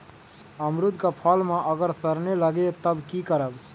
अमरुद क फल म अगर सरने लगे तब की करब?